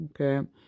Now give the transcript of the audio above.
Okay